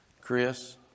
Chris